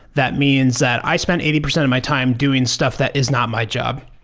that means that i spend eighty percent of my time doing stuff that is not my job.